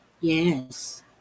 Yes